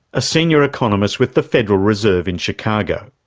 a senior economist with the federal reserve in chicago.